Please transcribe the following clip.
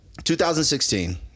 2016